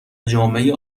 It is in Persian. جامعه